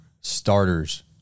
starters